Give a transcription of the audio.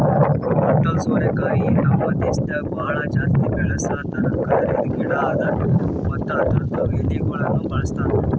bottle ಸೋರೆಕಾಯಿ ನಮ್ ದೇಶದಾಗ್ ಭಾಳ ಜಾಸ್ತಿ ಬೆಳಸಾ ತರಕಾರಿದ್ ಗಿಡ ಅದಾ ಮತ್ತ ಅದುರ್ದು ಎಳಿಗೊಳನು ಬಳ್ಸತಾರ್